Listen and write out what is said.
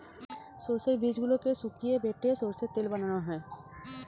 সর্ষের বীজগুলোকে শুকিয়ে বেটে সর্ষের তেল বানানো হয়